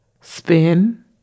spin